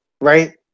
right